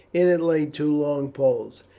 in it lay two long poles.